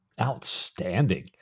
Outstanding